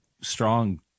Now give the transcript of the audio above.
strong